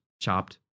chopped